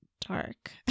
dark